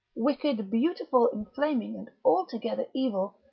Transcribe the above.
wicked, beautiful, inflaming, and altogether evil,